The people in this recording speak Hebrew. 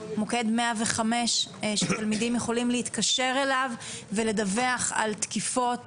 מוקד 105 שתלמידים יכולים להתקשר אליו ולדווח על תקיפות,